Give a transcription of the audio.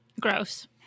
Gross